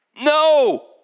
no